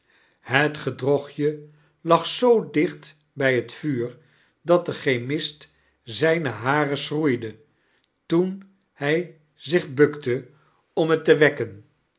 het gedrochtje lag zoo dicht bij het vuur dat de chemist zijne haren t schroeide toen hij zich bukte om het te wekken